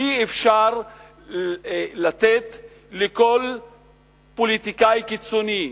אי-אפשר לתת לכל פוליטיקאי קיצוני,